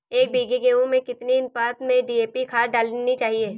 एक बीघे गेहूँ में कितनी अनुपात में डी.ए.पी खाद डालनी चाहिए?